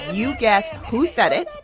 you guess who said it.